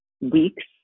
weeks